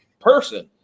person